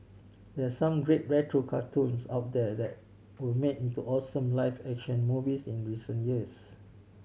there are some great retro cartoons out there that were made into awesome live action movies in recent years